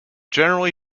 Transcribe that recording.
generally